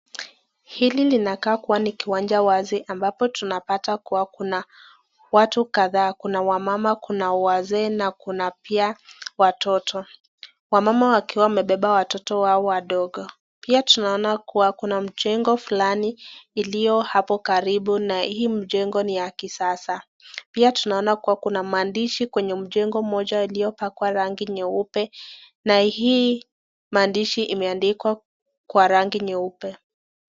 Hili linakaa kuwa ni kiwanja wazi ambapo tunapata kuwa kuna watu kadhaa, kuna wamama Kuna wazee na kuna pia watoto. Wamama wakiwa wamebeba watoto wao wadogo. Pia tunaona kuwa kuna mjengo Fulani iliyo hapo karibu na hii mjengo ni ya kisasa. Pia tunaona kuwa kuna maandishi kwenye mjengo iliyopakua rangi nyeupe. Na hii maandishi imeandikwa kwa rangi nyeupe.